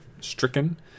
stricken